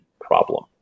problem